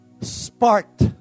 sparked